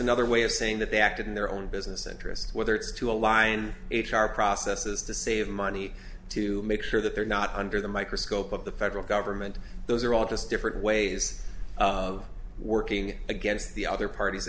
another way of saying that they acted in their own business interests whether it's to align h r processes to save money to make sure that they're not under the microscope of the federal government those are all just different ways of working against the other part